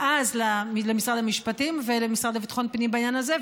אז למשרד המשפטים ולמשרד לביטחון פנים בעניין הזה,